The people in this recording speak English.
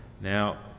Now